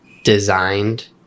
designed